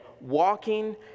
walking